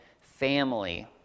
family